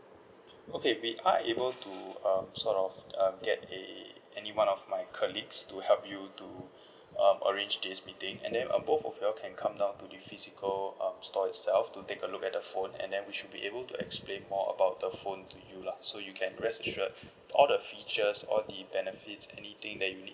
okay we are able to um sort of uh get a anyone of my colleagues to help you to uh arrange this meeting and then uh both of you all can come down to the physical um store itself to take a look at the phone and then we should be able to explain more about the phone to you lah so you can rest assured all the features all the benefits anything that you need